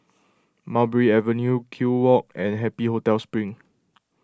Mulberry Avenue Kew Walk and Happy Hotel Spring